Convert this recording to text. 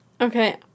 Okay